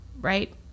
right